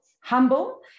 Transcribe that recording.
humble